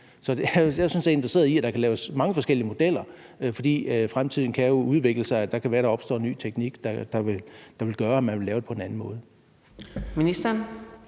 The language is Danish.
sådan set interesseret i, at der kan laves mange forskellige modeller, fordi det i fremtiden jo kan udvikle sig og det kan være, at der opstår ny teknik, der vil gøre, at man vil lave det på en anden måde.